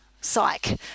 psych